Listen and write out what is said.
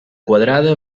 quadrada